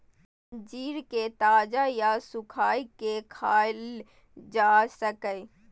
अंजीर कें ताजा या सुखाय के खायल जा सकैए